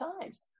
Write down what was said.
times